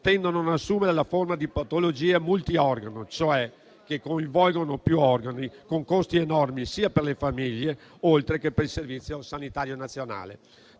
tendono ad assumere la forma di patologie multiorgano, che coinvolgono cioè più organi, con costi enormi per le famiglie oltre che per il Servizio sanitario nazionale.